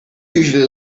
usually